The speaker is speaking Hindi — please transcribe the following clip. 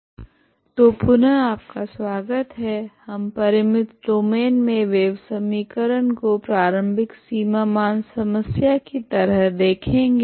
परिमित लम्बाई की डोरी के कंम्पन तो पुनः आपका स्वागत है हम परिमित डोमैन मे वेव समीकरण को प्रारम्भिक सीमा मान समस्या की तरह देखेगे